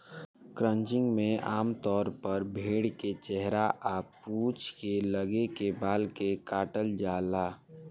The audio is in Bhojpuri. क्रचिंग में आमतौर पर भेड़ के चेहरा आ पूंछ के लगे के बाल के काटल जाला